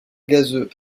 gazeux